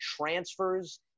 transfers